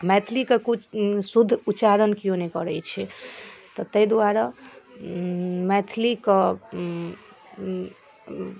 मैथिलीके शुद्ध उच्चारण केओ नहि करै छै तऽ तै दुआरे मैथिलीके